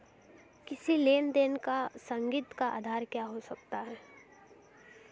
किसी लेन देन का संदिग्ध का आधार क्या हो सकता है?